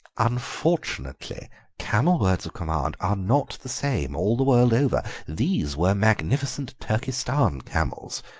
unfortunately camel words-of-command are not the same all the world over these were magnificent turkestan camels,